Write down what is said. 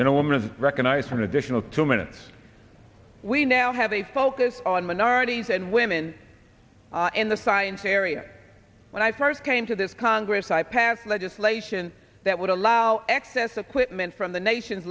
gentlemen recognize an additional two minutes we now have a focus on minorities and women in the science area when i first came to this congress i passed legislation that would allow excess equipment from the nation's